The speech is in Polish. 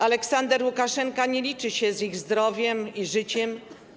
Aleksander Łukaszenka nie liczy się z ich zdrowiem i życiem.